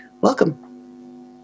Welcome